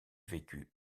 vécut